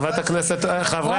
(חברת הכנסת טלי גוטליב יוצאת מאולם הוועדה) רוטמן,